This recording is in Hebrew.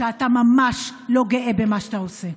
שאתה ממש לא גאה במה שאתה עושה.